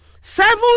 seven